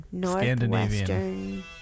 Scandinavian